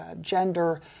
gender